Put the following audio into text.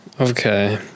Okay